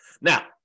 Now